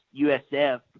USF